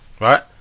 right